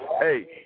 hey